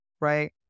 right